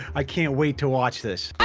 i can't wait to watch this